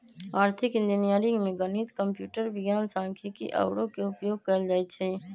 आर्थिक इंजीनियरिंग में गणित, कंप्यूटर विज्ञान, सांख्यिकी आउरो के उपयोग कएल जाइ छै